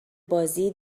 بازی